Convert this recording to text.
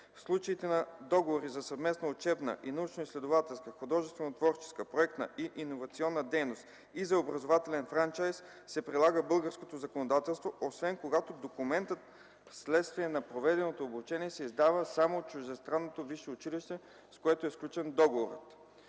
В случаите на договори за съвместна учебна и научноизследователска, художествено-творческа, проектна и иновационна дейност и за образователен франчайз се прилага българското законодателство, освен когато документът, вследствие на проведеното обучение, се издава само от чуждестранното висше училище, е което е сключен договорът."